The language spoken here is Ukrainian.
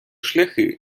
шляхи